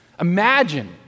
Imagine